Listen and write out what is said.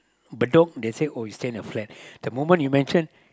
Bedok they say oh you stay in a flat the moment you mention